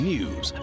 News